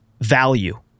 value